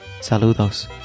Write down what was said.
saludos